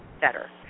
better